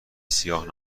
سیاه